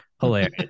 hilarious